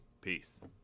Peace